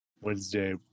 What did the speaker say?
Wednesday